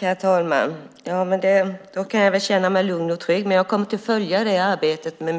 Herr talman! Då kan jag känna mig lugn och trygg. Jag kommer att med stort intresse följa arbetet med